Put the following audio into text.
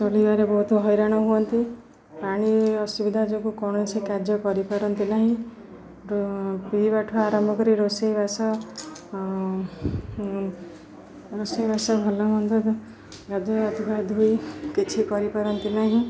ଚଳିବାରେ ବହୁତ ହଇରାଣ ହୁଅନ୍ତି ପାଣି ଅସୁବିଧା ଯୋଗୁଁ କୌଣସି କାର୍ଯ୍ୟ କରିପାରନ୍ତି ନାହିଁ ପିଇବାଠୁ ଆରମ୍ଭ କରି ରୋଷେଇ ବାସ ରୋଷେଇବାସ ଭଲ ମନ୍ଦ ଗାଧୁଆ ଧୁଆଧୁଇ କିଛି କରିପାରନ୍ତି ନାହିଁ